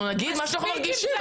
אנחנו נגיד מה שאנחנו מרגישים.